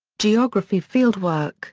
geography fieldwork